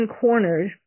cornered